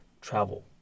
travel